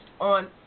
on